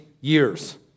years